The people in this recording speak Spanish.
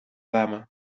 dama